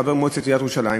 חבר מועצת עיריית ירושלים,